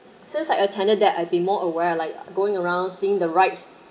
since like a tenant there that I've been more aware like going around seeing the REITs